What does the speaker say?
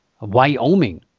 Wyoming